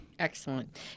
Excellent